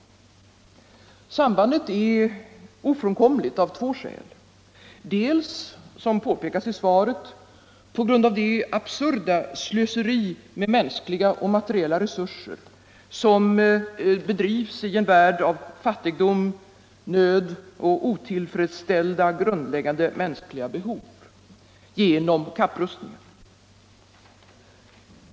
Sambandet är ofrånkomligt av två skäl. Dels, som påpekas i svaret, på grund av det absurda slöseri med mänskliga och materiella resurser som bedrivs i en värld av fattigdom, nöd och otillfredsställda grundläggande mänskliga behov, genom kapprustningen.